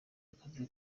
akazi